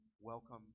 welcome